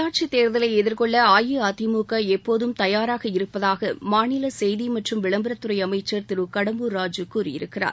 உள்ளாட்சித் தேர்தலை எதிர்கொள்ள அஇஅதிமுக எப்போதும் தயாராக இருப்பதாக மாநில செய்தி மற்றும விளம்பரத்துறை அமைச்சர் திரு கடம்பூர் ராஜு கூறியிருக்கிறார்